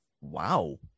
wow